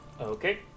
Okay